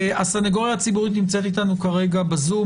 הסנגוריה הציבורית נמצאת אתנו בזום.